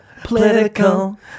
political